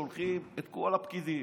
שולחים את כל הפקידים.